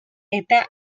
eta